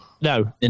No